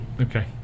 Okay